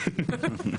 המוזמנים.